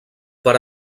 per